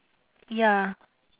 ya